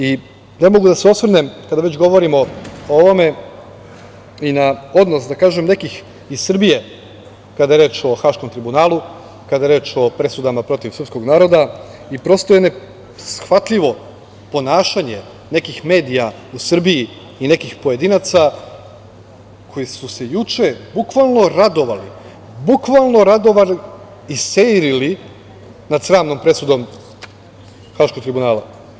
I ne mogu da se ne osvrnem kada već govorimo o ovome i na odnos, da kažem nekih iz Srbije, kada je reč o Haškom tribunalu, kada je reč o presudama srpskog naroda i prosto je neshvatljivo ponašanje nekih medija u Srbiji i nekih pojedinaca koji su se juče bukvalno radovali, bukvalno radovali i seirili nad sramnom presudom Haškog tribunala.